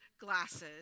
glasses